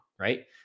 Right